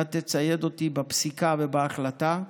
אתה תצייד אותי בפסיקה ובהחלטה,